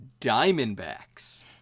Diamondbacks